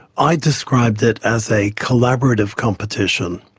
i described it as a collaborative competition.